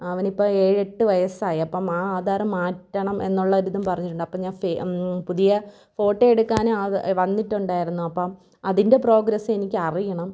അവനിപ്പം ഏഴ് എട്ട് വയസായപ്പം ആ ആധാറ് മാറ്റാണം എന്നുള്ള ഒരിതും പറഞ്ഞിട്ടുണ്ട് അപ്പം ഞാൻ പുതിയ ഫോട്ടോ എടുക്കാനും വന്നിട്ടുണ്ടായിരുന്നു അപ്പം അതിൻ്റെ പ്രോഗ്രസ്സെനിക്കറിയണം